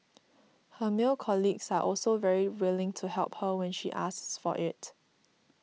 her male colleagues are also very willing to help her when she asks for it